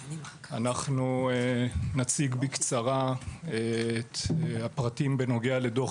אנחנו נציג בקצרה את הפרטים בנוגע לדוח